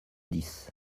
dix